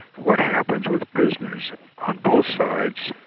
what happens with prisoners on both sides?